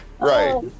Right